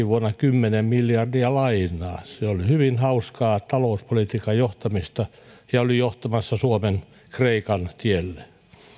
vuonna kymmenen miljardia lainaa se oli hyvin hauskaa talouspolitiikan johtamista ja oli johtamassa suomen kreikan tielle